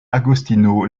agostino